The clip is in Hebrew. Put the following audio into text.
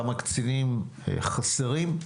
כמה קצינים חסרים.